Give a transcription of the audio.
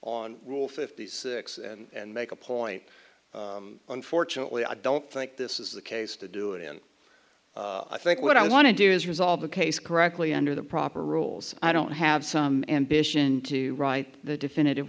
on rule fifty six and make a point unfortunately i don't think this is the case to do it in i think what i want to do is resolve the case correctly under the proper rules i don't have some ambition to write the definitive